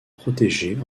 protégée